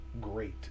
great